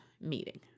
Meeting